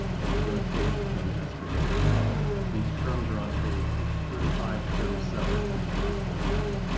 as negotiated and as presented above. these terms are on pages thirty five but thirty seven of your board packet.